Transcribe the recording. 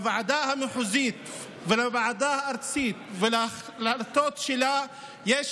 לוועדה המחוזית ולוועדה הארצית ולהחלטות שלהן יש